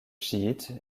chiites